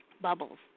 Bubbles